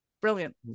brilliant